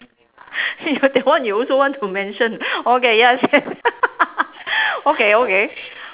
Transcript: your that one you also want to mention okay yes okay okay